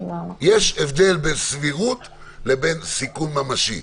יש הבדל בין סבירות לבין סיכון ממשי.